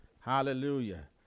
Hallelujah